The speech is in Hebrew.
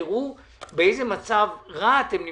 תראו באיזה מצב רע אתם נמצאים,